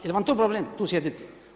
Jel vam to problem tu sjediti.